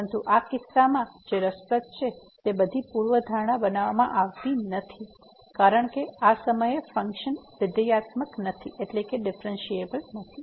પરંતુ આ કિસ્સામાં જે રસપ્રદ છે તે બધી પૂર્વધારણા બનાવવામાં આવતી નથી કારણ કે આ સમયે ફંક્શન વિધેયાત્મક નથી